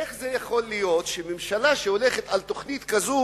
איך יכול להיות שממשלה הולכת על תוכנית כזאת